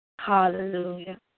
Hallelujah